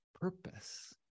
purpose